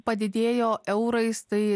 padidėjo eurais tai